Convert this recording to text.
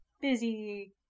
busy